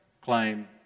claim